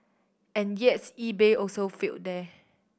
and yet eBay also failed there